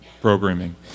programming